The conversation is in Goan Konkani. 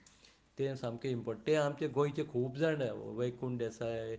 तें इम्पोर्टंट तें आमचे गोंयचे खूब जाण वयकूंट देसाय